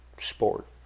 sport